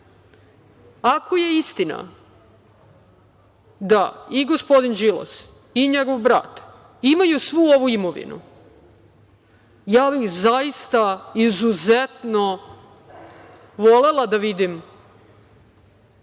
je istina da i gospodin Đilas i njegov brat imaju svu ovu imovinu, ja bih zaista izuzetno volela da vidim